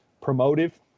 promotive